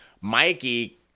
Mikey